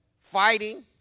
fighting